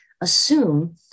assume